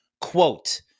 quote